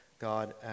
God